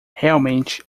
realmente